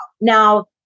Now